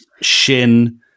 Shin